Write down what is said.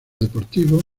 deportivos